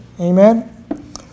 Amen